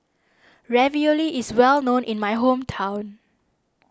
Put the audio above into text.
Ravioli is well known in my hometown